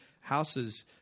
houses